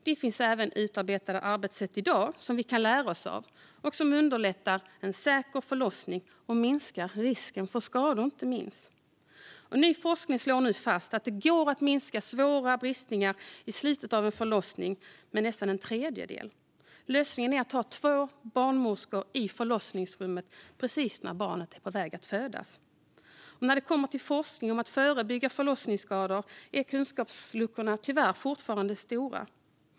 Det finns även i dag utarbetade arbetssätt som vi kan lära av och som underlättar en säker förlossning och minskar risken för skador. Ny forskning slår fast att det går att minska svåra bristningar i slutet av en förlossning med nästan en tredjedel. Lösningen är att ha två barnmorskor i förlossningsrummet precis när barnet är på väg att födas. När det gäller forskning om att förebygga förlossningsskador är kunskapsluckorna tyvärr fortfarande stora.